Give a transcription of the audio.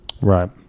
right